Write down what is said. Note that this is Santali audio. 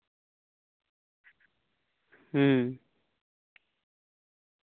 ᱦᱩᱸ